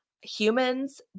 humans